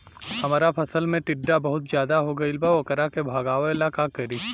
हमरा फसल में टिड्डा बहुत ज्यादा हो गइल बा वोकरा के भागावेला का करी?